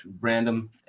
random